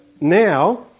now